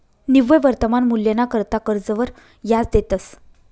निव्वय वर्तमान मूल्यना करता कर्जवर याज देतंस